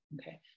Okay